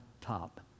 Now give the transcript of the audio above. top